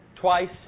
twice